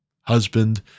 husband